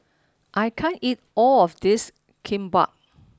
I can't eat all of this Kimbap